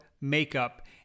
makeup